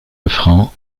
lefranc